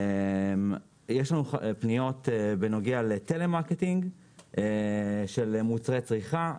יש לנו פניות בנוגע לטלמרקטינג של מוצרי צריכה.